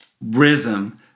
rhythm